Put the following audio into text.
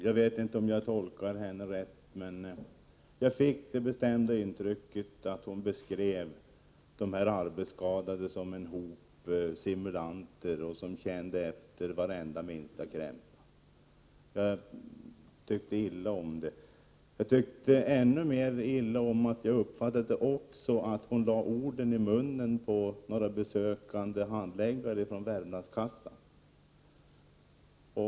Jag vet inte om jag har tolkat henne rätt, men jag fick det bestämda intrycket att hon beskrev de arbetsskadade som en hop simulanter, som känner efter varenda liten krämpa. Jag tyckte illa om det. Jag tyckte ännu mer illa om att jag också uppfattade att hon lade orden i munnen på några besökande handläggare från Värmlandskassan.